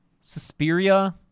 Suspiria